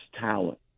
talent